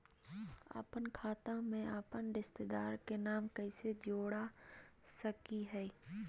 अपन खाता में अपन रिश्तेदार के नाम कैसे जोड़ा सकिए हई?